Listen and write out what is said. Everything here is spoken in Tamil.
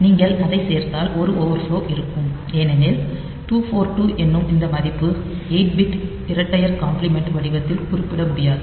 நீங்கள் அதைச் சேர்த்தால் ஒரு ஓவர் ஃப்லோ இருக்கும் ஏனெனில் 242 என்னும் இந்த மதிப்பை 8 பிட் இரட்டையர் காம்ப்ளிமெண்ட் வடிவத்தில் குறிப்பிட முடியாது